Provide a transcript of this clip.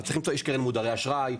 אז יש קרן מודרי אשראי,